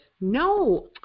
No